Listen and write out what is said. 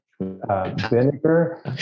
vinegar